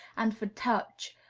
and for touch,